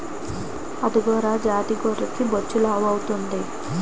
angora జాతి గొర్రెకి బొచ్చు లావుంటాది